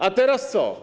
A teraz co?